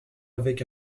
avec